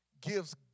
gives